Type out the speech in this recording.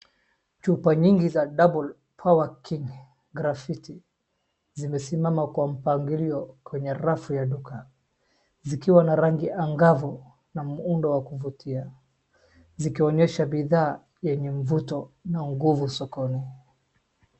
Chupa nyingi za Double Power King Graffiti zimesimama kwa mpangilio kwenye rafu ya duka zikiwa na rangi angavu na muundo wa kuvutia zikionyesha bidhaa yenye mvuto na nguvu sokoni.